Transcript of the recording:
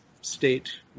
state